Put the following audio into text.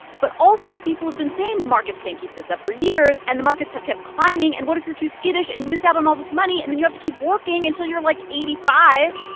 but also, people have been saying the markets can't keep this up for years, and the markets have kept climbing. and what if you're too skittish, and you miss out on all this money? and then you have to keep working until you're, like, eighty five